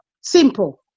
Simple